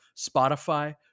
Spotify